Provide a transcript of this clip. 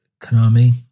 Konami